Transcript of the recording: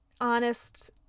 honest